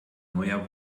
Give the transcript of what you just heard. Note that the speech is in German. neuer